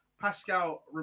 Pascal